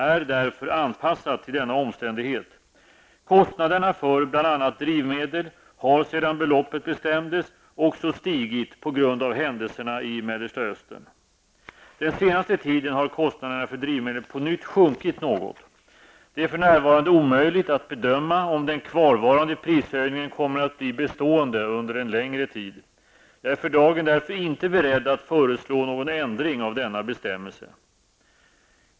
är därför anpassat till denna omständighet. Kostnaderna för bl.a. drivmedel har sedan beloppet bestämdes också stigit på grund av händelserna i Mellersta Östern. Den senaste tiden har kostnaderna för drivmedel på nytt sjunkit något. Det är för närvarande omöjligt att bedöma om den kvarvarande prishöjningen kommer att bli bestående under en längre tid. Jag är för dagen därför inte beredd att föreslå någon ändring av denna bestämmelse.